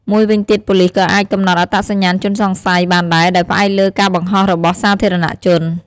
មួយវិញទៀត ប៉ូលិស ក៏អាច កំណត់អត្តសញ្ញាណជនសង្ស័យ បានដែរ ដោយផ្អែកលើ ការបង្ហោះរបស់សាធារណជន